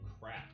crap